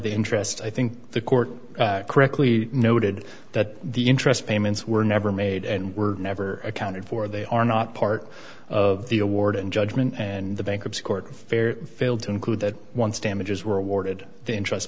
the interest i think the court correctly noted that the interest payments were never made and were never accounted for they are not part of the award in judgment and the bankruptcy court affair failed to include that once damages were awarded